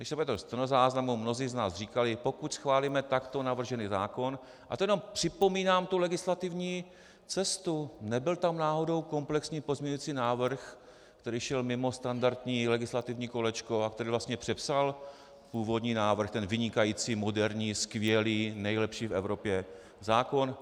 Když se podíváte do stenozáznamu, mnozí z nás říkali: pokud schválíme takto navržený zákon a to jenom připomínám tu legislativní cestu, nebyl tam náhodou komplexní pozměňovací návrh, který šel mimo standardní legislativní kolečko a který vlastně přepsal původní návrh, ten vynikající, moderní, skvělý, nejlepší v Evropě zákon?